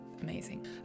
amazing